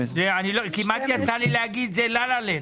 כמעט אמרתי שזה לה-לה לנד,